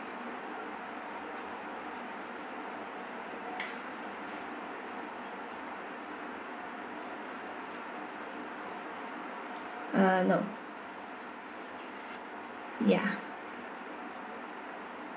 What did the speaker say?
uh no ya